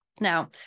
Now